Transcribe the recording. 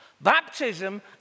Baptism